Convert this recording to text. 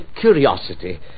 Curiosity